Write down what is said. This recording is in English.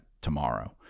tomorrow